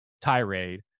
tirade